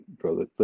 brother